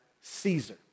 Caesar